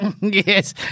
Yes